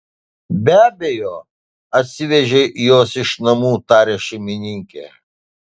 be abejo atsivežei juos iš namų taria šeimininkė